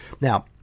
Now